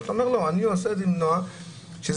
הצעד הזה הוא מאוד